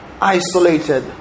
isolated